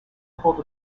hold